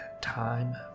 time